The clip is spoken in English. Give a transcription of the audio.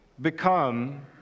become